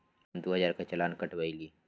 हम दु हजार के चालान कटवयली